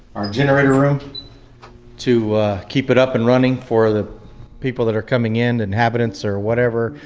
our generator room to keep it up and running for the people that are coming in, and inhabitants or whatever,